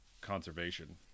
conservation